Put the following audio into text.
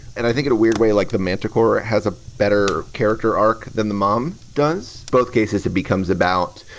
and i think in a weird way, like the mantra korra has a better character arc than the mom does. both cases it becomes about,